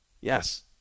Yes